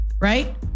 right